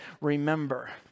Remember